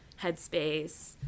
headspace